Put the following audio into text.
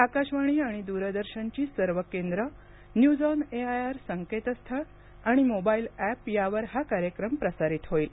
आकाशवाणी आणि दूरदर्शनची सर्व केंद्र न्यूज ऑन एआयआर संकेतस्थळ आणि मोबाईल ऍप यावर हा कार्यक्रम प्रसारित होईल